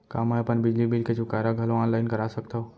का मैं अपन बिजली बिल के चुकारा घलो ऑनलाइन करा सकथव?